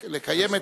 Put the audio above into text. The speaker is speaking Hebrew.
לקיים.